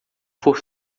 for